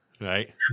Right